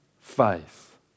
faith